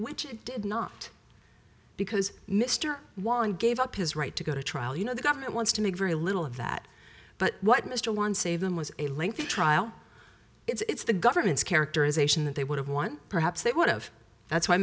which did not because mr juan gave up his right to go to trial you know the government wants to make very little of that but what mr won save them was a lengthy trial it's the government's characterization that they would have won perhaps they would have that's why